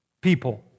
people